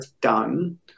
done